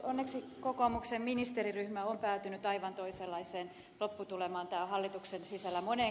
onneksi kokoomuksen ministeriryhmä on päätynyt aivan toisenlaiseen lopputulemaan